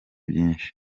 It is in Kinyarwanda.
byinshi